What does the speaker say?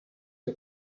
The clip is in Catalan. que